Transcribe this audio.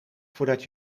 voordat